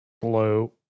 blue